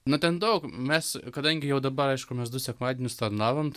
na ten daug mes kadangi jau dabar aišku mes du sekmadienius tarnavom